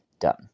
done